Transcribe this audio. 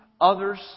others